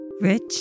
rich